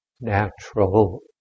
natural